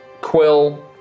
quill